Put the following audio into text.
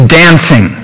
dancing